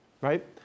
right